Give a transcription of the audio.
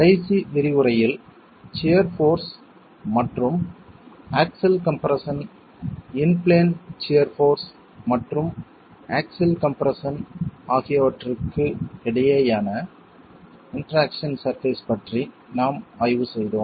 கடைசி விரிவுரையில் shear force மற்றும் axial compression in plane shear force மற்றும் ஆக்ஸில் கம்ப்ரெஸ்ஸன் ஆகியவற்றுக்கு இடையேயான இன்டெராக்சன் சர்பேஸ் பற்றி நாம் ஆய்வு செய்தோம்